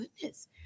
goodness